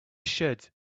should